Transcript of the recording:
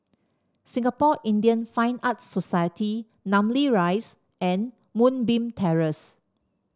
Singapore Indian Fine Arts Society Namly Rise and Moonbeam Terrace